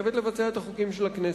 חייבת לבצע את החוקים של הכנסת.